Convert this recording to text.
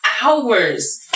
hours